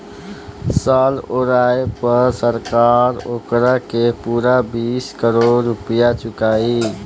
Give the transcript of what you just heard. साल ओराये पर सरकार ओकारा के पूरा बीस करोड़ रुपइया चुकाई